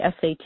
SAT